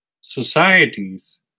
societies